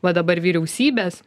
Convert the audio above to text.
va dabar vyriausybės